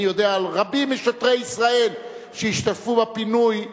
אני יודע על רבים משוטרי ישראל שהשתתפו בפינוי,